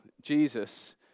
Jesus